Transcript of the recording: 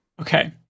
Okay